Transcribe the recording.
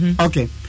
Okay